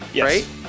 right